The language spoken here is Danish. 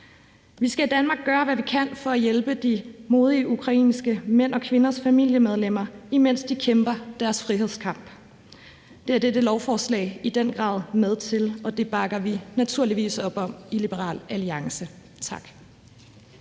Vi skal i Danmark gøre, hvad vi kan, for at hjælpe de modige ukrainske mænds og kvinders familiemedlemmer, imens de kæmper deres frihedskamp. Det er dette lovforslag i den grad med til, og det bakker vi naturligvis op om i Liberal Alliance. Tak.